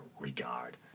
regard